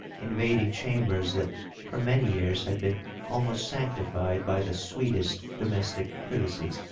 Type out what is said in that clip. in vading chambers that for many years had been almost sanctified by the sweetest domestic privacies.